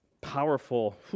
powerful